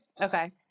Okay